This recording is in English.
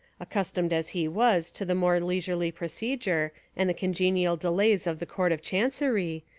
accustomed as he was to the more leisurely procedure and the con genial delays of the court of chancery,